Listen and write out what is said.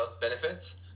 benefits